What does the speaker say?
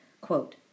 Quote